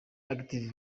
active